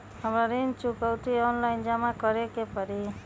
हमरा ऋण चुकौती ऑनलाइन जमा करे के परी?